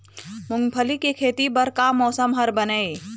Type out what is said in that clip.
मूंगफली के खेती बर का मौसम हर बने ये?